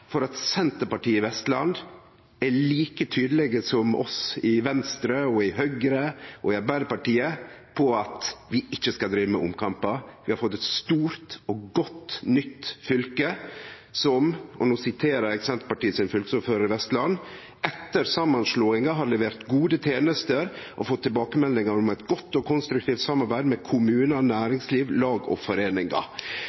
for at Senterpartiet i Vestland er like tydelege som oss i Venstre, i Høgre og i Arbeidarpartiet på at vi ikkje skal drive med omkampar. Vi har fått eit stort og godt nytt fylke som – og no siterer eg Senterpartiets fylkesordførar i Vestland – etter samanslåinga har levert gode tenester og fått tilbakemeldingar om eit godt og konstruktivt samarbeid med kommunar